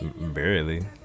Barely